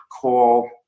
call